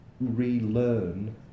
relearn